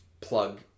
plug